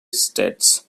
states